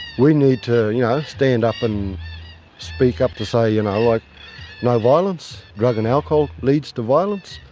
we need to you know stand up and speak up to say you know um no violence. drugs and alcohol leads to violence.